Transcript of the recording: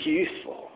useful